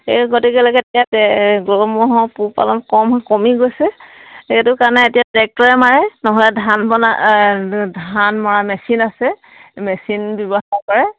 এই গতিকেলকে এতিয়া গৰু ম'হৰ পোহ পালন কম কমি গৈছে সেইটো কাৰণে এতিয়া ট্ৰেক্টৰে মাৰে নহ'লে ধান বনা ধান মৰা মেচিন আছে মেচিন ব্যৱহাৰ কৰে